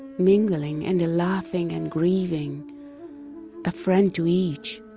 mingling and laughing and grieving a friend to each,